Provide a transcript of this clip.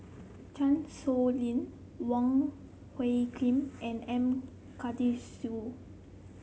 Chan Sow Lin Wong Hung Khim and M Karthigesu